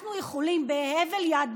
אנחנו יכולים בהינף יד,